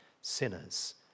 sinners